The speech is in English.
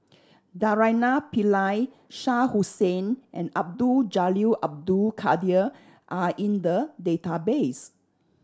Naraina Pillai Shah Hussain and Abdul Jalil Abdul Kadir are in the database